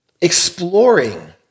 Exploring